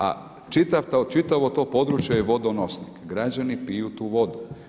A kao čitavo to područje je vodonosnik, građani piju tu vodu.